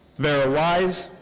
vera weis.